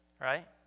Right